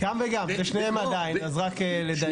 גם וגם, זה עדיין שניהם.